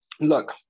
look